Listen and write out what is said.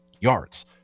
yards